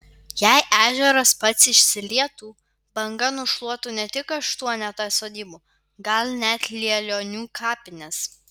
jei ežeras pats išsilietų banga nušluotų ne tik aštuonetą sodybų gal net lielionių kapines